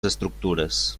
estructures